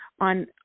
on